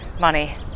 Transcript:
money